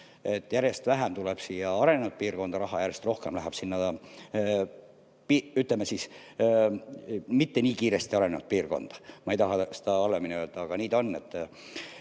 Järjest vähem tuleb siia arenenud piirkonda raha ja järjest rohkem läheb sinna, ütleme, mitte nii kiiresti arenevasse piirkonda. Ma ei taha halvemini öelda, aga nii ta on.